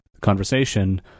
conversation